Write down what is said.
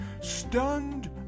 Stunned